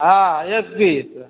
हँ एक पीस